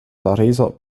pariser